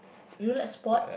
you like sport